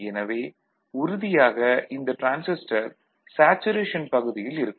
எனவே உறுதியாக இந்த டிரான்சிஸ்டர் சேச்சுரேஷன் பகுதியில் இருக்கும்